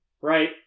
right